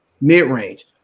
Mid-range